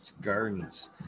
Gardens